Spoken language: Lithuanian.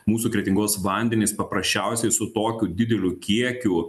mūsų kretingos vandenys paprasčiausiai su tokiu dideliu kiekiu